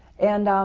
and